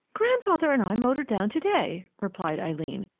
grandfather and i motored down to-day, replied eileen,